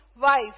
wife